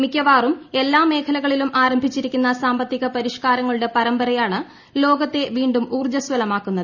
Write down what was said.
മിക്കവാറും എല്ലാ മേഖലകളിലും ആരംഭിച്ചിരിക്കുന്ന സാമ്പത്തിക പരിഷ്കാരങ്ങളുടെ പരമ്പരയാണ് ലോകത്തെ വീണ്ടും ഊർജ്ജസ്വലമാക്കുന്നത്